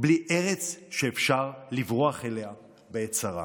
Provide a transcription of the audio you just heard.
בלי ארץ שאפשר לברוח אליה בעת צרה.